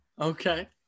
Okay